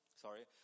Sorry